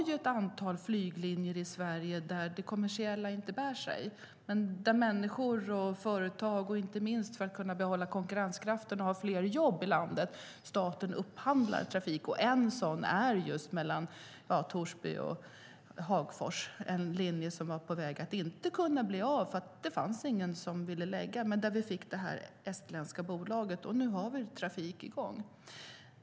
Vi har ett antal flyglinjer i Sverige där det kommersiella inte bär sig, men där staten upphandlar trafik för människors och företags skull och inte minst för att kunna behålla konkurrenskraften och ha fler jobb i landet. En sådan linje är den mellan Torsby och Hagfors, en linje som var på väg att försvinna men där vi nu har trafik i gång med det estländska bolaget.